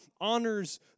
honors